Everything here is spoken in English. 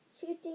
shooting